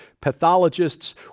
pathologists